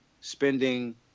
spending